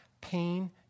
Pain